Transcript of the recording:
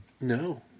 no